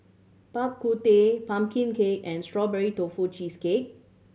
Bak Kut Teh pumpkin cake and Strawberry Tofu Cheesecake